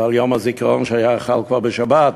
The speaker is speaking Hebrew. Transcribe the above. ליום הזיכרון, שחל כבר בשבת,